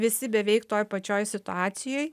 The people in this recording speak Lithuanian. visi beveik toj pačioj situacijoj